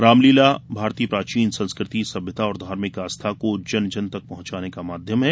रामलीला भारतीय प्राचीन संस्कृति सभ्यता और धार्मिक आस्था को जन जन तक पहुंचाने का माध्यम है